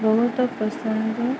ବହୁତ ପସନ୍ଦ